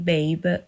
Babe